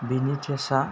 बिनि टेसआ